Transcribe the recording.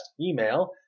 email